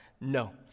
No